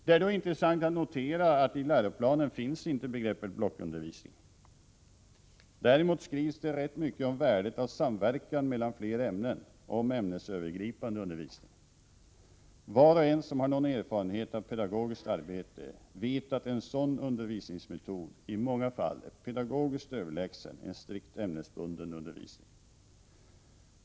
Det är då intressant att notera att i läroplanen finns inte begreppet blockundervisning. Däremot skrivs det rätt mycket om värdet av samverkan mellan flera ämnen och om ämnesövergripande undervisning. Var och en som har någon erfarenhet av pedagogiskt arbete vet att en sådan undervisningsmetod i många fall är pedagogiskt överlägsen en strikt ämnesbunden undervisning.